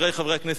חברי חברי הכנסת,